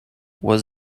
was